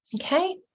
okay